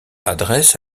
adresse